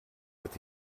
with